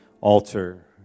altar